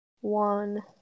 One